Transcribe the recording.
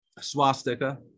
Swastika